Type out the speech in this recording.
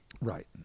Right